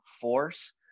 force